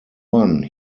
one